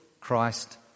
Christ